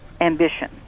ambition